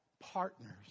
partners